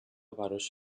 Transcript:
براش